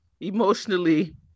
emotionally